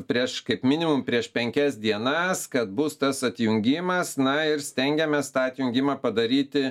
prieš kaip minimu prieš penkias dienas kad bus tas atjungimas na ir stengiamės tą atjungimą padaryti